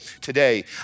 today